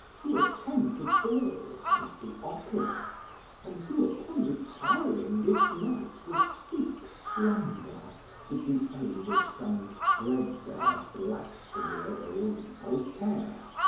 who attend the balls and the opera and who upon retiring this night will seek slumber with the aid of some threadbare blasphemy of old voltaire,